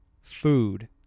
food